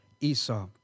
Esau